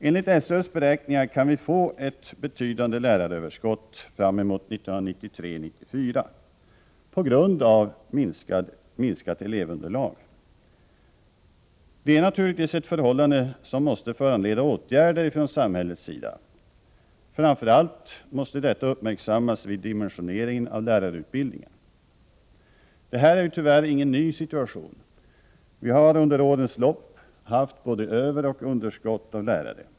Enligt SÖ:s beräkningar kan vi få ett betydande läraröverskott fram mot 1993/94 på grund av minskat elevunderlag. Det är naturligtvis ett förhållande som måste föranleda åtgärder från samhällets sida. Framför allt måste det uppmärksammas vid dimensioneringen av lärarutbildningen. Detta är tyvärr ingen ny situation. Vi har under årens lopp haft överoch underskott av lärare.